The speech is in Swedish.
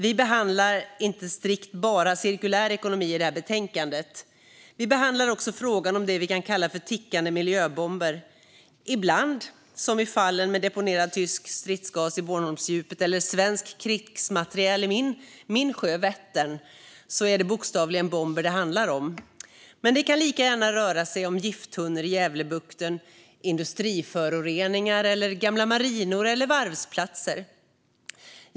Vi behandlar inte strikt bara cirkulär ekonomi i det här betänkandet, utan också frågan om det vi kan kalla för tickande miljöbomber. Ibland, som i fallen med deponerad tysk stridsgas i Bornholmsdjupet och svensk krigsmateriel i min sjö Vättern, är det bokstavligen bomber det handlar om. Men det kan lika gärna röra sig om gifttunnor i Gävlebukten, industriföroreningar eller gamla marinor och varvsplatser.